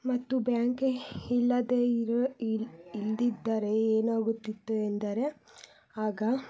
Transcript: ಮತ್ತು ಬ್ಯಾಂಕೇ ಇಲ್ಲದೇ ಇರುವ ಇಲ್ಲದಿದ್ದರೆ ಏನಾಗುತ್ತಿತ್ತು ಎಂದರೆ ಆಗ